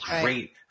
great